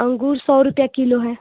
अंगूर सौ रुपये किलो है